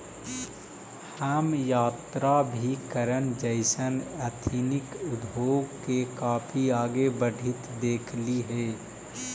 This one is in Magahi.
हम यात्राभिकरण जइसन एथनिक उद्योग के काफी आगे बढ़ित देखली हे